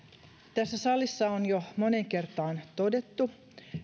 tässä salissa on jo moneen kertaan todettu